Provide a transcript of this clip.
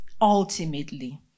ultimately